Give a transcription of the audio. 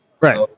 Right